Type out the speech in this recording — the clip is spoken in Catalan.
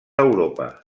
europa